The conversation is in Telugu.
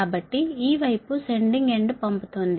కాబట్టి ఈ వైపు సెండింగ్ ఎండ్ పంపుతోంది